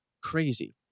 crazy